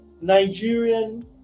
nigerian